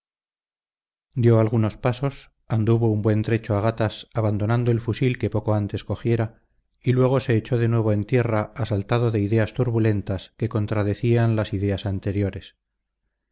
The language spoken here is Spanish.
dio algunos pasos anduvo un buen trecho a gatas abandonando el fusil que poco antes cogiera y luego se echó de nuevo en tierra asaltado de ideas turbulentas que contradecían las ideas anteriores